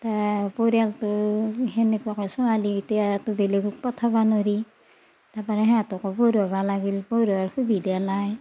পৰিয়ালটো সেনেকুৱাকৈ ছোৱালী এতিয়া বেলেগত পঠাব নোৱাৰি তাৰমানে সিহঁতকো পঢ়োৱাব লাগিল পঢ়োৱাৰ সুবিধা নাই